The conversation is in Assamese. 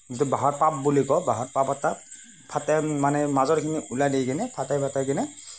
যিটো বাঁহৰ পাব বুলি কওঁ বাঁহৰ পাব এটাত ফাটেই মানে মাজৰখিনি হোলা দি কিনে ফাটেই ফাটে দি কিনে